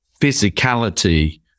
physicality